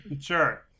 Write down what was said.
Sure